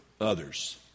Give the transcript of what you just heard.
others